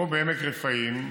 או בעמק רפאים,